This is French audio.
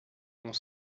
ont